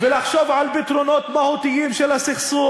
הגיעה השעה להתעשת ולחשוב על פתרונות מהותיים של הסכסוך.